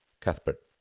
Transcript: Cuthbert